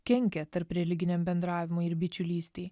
kenkia tarpreliginiam bendravimui ir bičiulystei